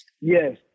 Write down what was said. Yes